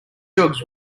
dogs